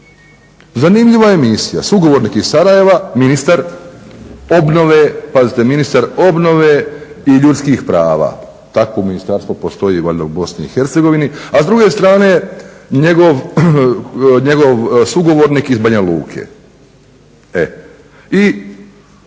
Zanimljiva emisija, sugovornik iz Sarajeva, ministar obnove, pazite ministar obnove i ljudskih prava. Takvo ministarstvo postoji valjda u Bosni i Hercegovini, a s druge strane njegov sugovornik iz Banja Luke. I